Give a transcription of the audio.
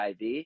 IV